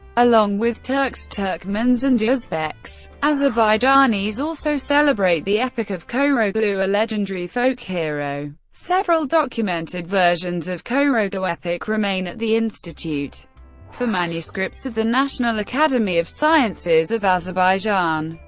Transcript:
along with turks, turkmens and uzbeks, azerbaijanis also celebrate the epic of koroglu, a legendary folk hero. several documented versions of koroglu epic remain at the institute for manuscripts of the national academy of sciences of azerbaijan.